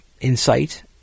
insight